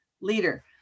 leader